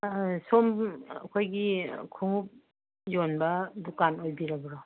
ꯑꯥ ꯁꯣꯝ ꯑꯩꯈꯣꯏꯒꯤ ꯈꯣꯡꯎꯞ ꯌꯣꯟꯕ ꯗꯨꯀꯥꯟ ꯑꯣꯏꯕꯤꯔꯕ꯭ꯔꯣ